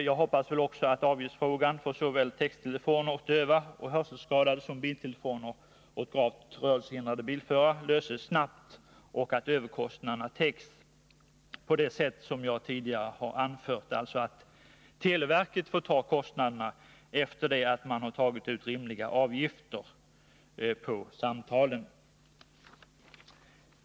Jag hoppas också att avgiftsfrågan vad gäller såväl texttelefon åt döva och hörselskadade som biltelefon åt gravt rörelsehindrade bilförare löses snabbt och att överkostnaderna kan täckas på det sätt som jag tidigare anfört — att televerket får bära de kostnader som kvarstår efter det att man tagit ut rimliga avgifter på samtalen.